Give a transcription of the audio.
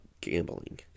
gambling